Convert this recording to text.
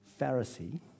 Pharisee